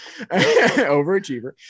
overachiever